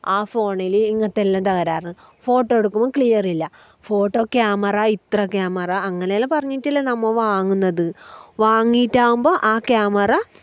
ആ ഫോണിൽ ഇങ്ങനത്തെ എല്ലാം തകരാറ് ഫോട്ടോ എടുക്കുമ്പം ക്ലിയർ ഇല്ല ഫോട്ടോ ക്യാമറ ഇത്ര ക്യാമറ അങ്ങനെ എല്ലാം പറഞ്ഞിട്ടല്ലേ നമ്മൾ വാങ്ങുന്നത് വാങ്ങിയിട്ടാവുമ്പം ആ ക്യാമറ